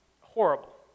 horrible